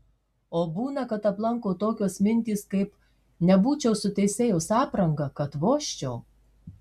o būna kad aplanko tokios mintys kaip nebūčiau su teisėjos apranga kad vožčiau